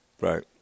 right